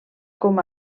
com